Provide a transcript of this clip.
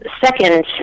second